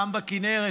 גם בכינרת,